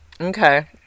Okay